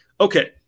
Okay